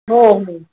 हो हो